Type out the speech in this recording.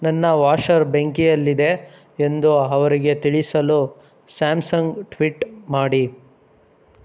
ನನ್ನ ವಾಷರ್ ಬೆಂಕಿಯಲ್ಲಿದೆ ಎಂದು ಅವರಿಗೆ ತಿಳಿಸಲು ಸ್ಯಾಮ್ಸಂಗ್ ಟ್ವಿಟ್ ಮಾಡಿ